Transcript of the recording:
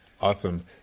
Awesome